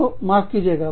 तो माफ कीजिएगा